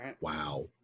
wow